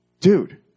dude